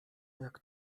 jak